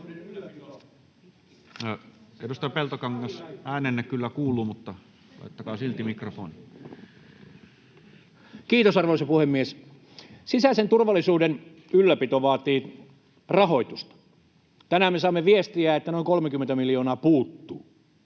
Kiitos, arvoisa puhemies! Sisäisen turvallisuuden ylläpito vaatii rahoitusta. Tänään me saimme viestiä, että noin 30 miljoonaa puuttuu.